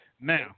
Now